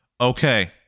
Okay